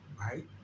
right